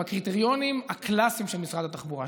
בקריטריונים הקלאסיים של משרד התחבורה,